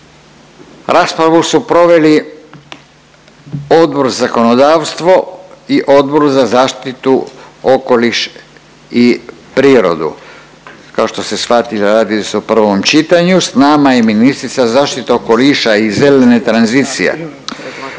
Raspravu su proveli Odbor za zakonodavstvo i Odbor za zaštitu okoliš i prirodu. Kao što ste shvatili, radi se o prvom čitanju. S nama je ministrica zaštite okoliša i zelene tranzicije,